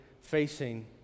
facing